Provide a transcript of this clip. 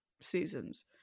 seasons